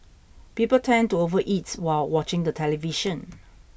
people tend to overeat while watching the television